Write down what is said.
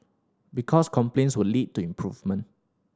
because complaints will lead to improvement